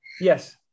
Yes